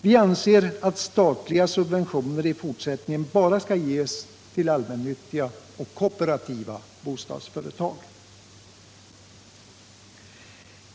Vi anser att statliga subventioner i fortsättningen bara skall ges till allmännyttiga och kooperativa bostadsföretag.